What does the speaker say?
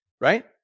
right